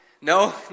No